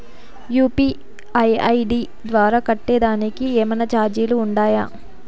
UPI ID ద్వారా కట్టేదానికి ఏమన్నా చార్జీలు ఉండాయా?